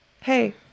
Hey